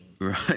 Right